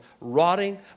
rotting